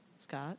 Scott